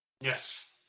Yes